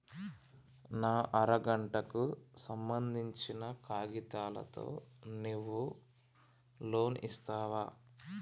నా అర గంటకు సంబందించిన కాగితాలతో నువ్వు లోన్ ఇస్తవా?